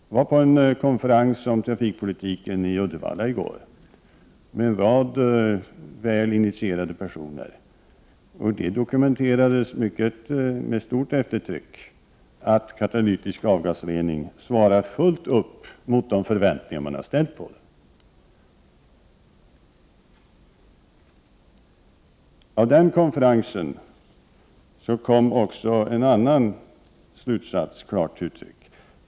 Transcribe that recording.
Jag var på en konferens om trafikpolitiken i går i Uddevalla, med en rad väl initierade personer. Det dokumenterades med stort eftertryck att den katalytiska avgasreningen fullt upp svarar mot de förväntningar man har ställt på den. På den konferensen kom också en annan slutsats klart till uttryck.